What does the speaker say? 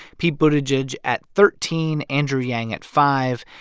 pete buttigieg at thirteen, andrew yang at five.